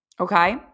okay